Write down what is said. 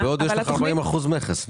אבל בהודו יש לך 40% מכס.